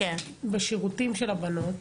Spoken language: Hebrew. בשירותים של הבנות